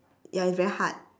ya it's very hard